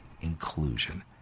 inclusion